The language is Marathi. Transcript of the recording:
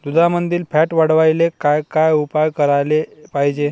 दुधामंदील फॅट वाढवायले काय काय उपाय करायले पाहिजे?